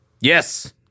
yes